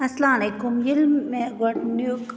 اَسلام علیکُم ییٚلہِ مےٚ گۄڈنیُک